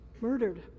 murdered